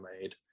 made